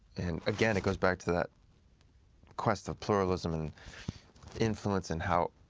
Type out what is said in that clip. and again, it goes back to that quest of pluralism and influence, and how